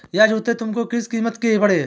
यह जूते तुमको किस कीमत के पड़े?